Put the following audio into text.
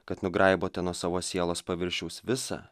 kad nugraibo nuo savo sielos paviršiaus visa